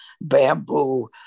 bamboo